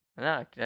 No